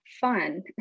fun